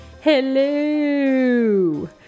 Hello